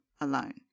alone